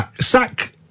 sack